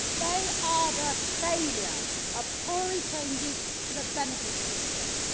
they are the failure of tory changes to the benefit system.